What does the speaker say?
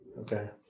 Okay